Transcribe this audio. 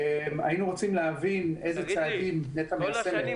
היינו רוצים להבין איזה צעדים נת"ע -- תגיד לי,